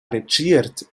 retschiert